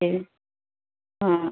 okay